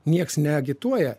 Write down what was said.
nieks neagituoja